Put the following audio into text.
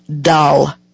dull